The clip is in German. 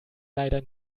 leider